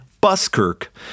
Buskirk